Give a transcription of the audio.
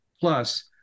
Plus